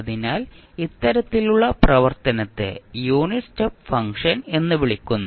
അതിനാൽ ഇത്തരത്തിലുള്ള പ്രവർത്തനത്തെ യൂണിറ്റ് സ്റ്റെപ്പ് ഫംഗ്ഷൻ എന്ന് വിളിക്കുന്നു